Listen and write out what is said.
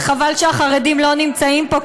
וחבל שהחרדים לא נמצאים פה,